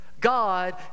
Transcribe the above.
God